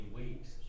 weeks